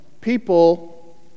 people